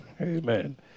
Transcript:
Amen